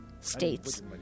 states